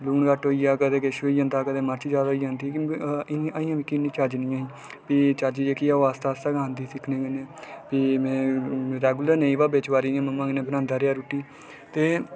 लून घट्ट होइया ते कदें किश होई जंदा कदें मर्च जैदा होइ जंदी क्योकि अजें इयां गै मिगी चज्ज नीं हैन चज्ज जेह्की आस्तै आस्तै गै आंदे न सिक्खने कन्नै फ्ही में रैगुलर नेई पर बिच्च बारें मम्मा न्नै बनांदा रेहा रुट्टी ते